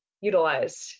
utilized